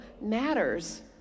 matters